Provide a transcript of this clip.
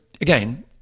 again